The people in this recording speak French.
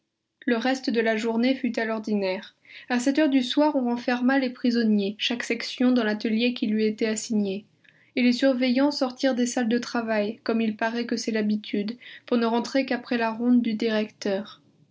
le reste de la journée fut à l'ordinaire à sept heures du soir on renferma les prisonniers chaque section dans l'atelier qui lui était assigné et les surveillants sortirent des salles de travail comme il paraît que c'est l'habitude pour ne rentrer qu'après la ronde du directeur